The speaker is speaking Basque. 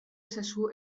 ezazu